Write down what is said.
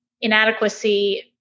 inadequacy